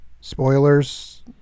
spoilers